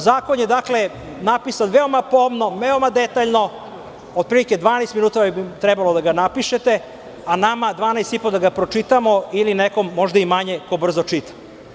Zakon je napisan veoma pomno, veoma detaljno, otprilike 12 minuta bi trebalo da ga napišete, a nama 12 i po da ga pročitamo ili nekom možda i manje, ko brzo čita.